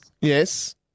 Yes